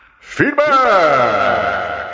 feedback